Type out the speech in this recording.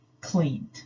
cleaned